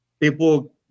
people